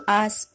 ask